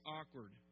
awkward